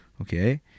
okay